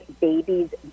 babies